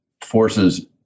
forces